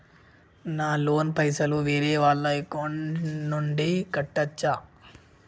నా లోన్ పైసలు వేరే వాళ్ల అకౌంట్ నుండి కట్టచ్చా?